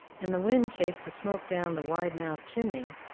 and the wind chased the smoke down the wide-mouthed chimney,